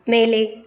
மேலே